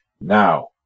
Now